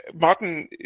Martin